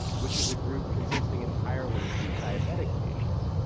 which is a group consisting entirely of these diabetic patients.